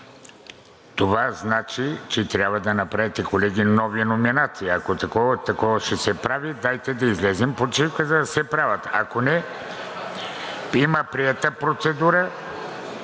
Това значи, колеги, че трябва да направите нови номинации. Ако такова ще се прави, дайте да излезем почивка, за да се правят. Ако не, има приета процедура,